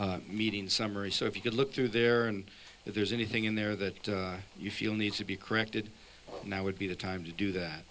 seventh meeting summary so if you could look through there and if there's anything in there that you feel needs to be corrected now would be the time to do that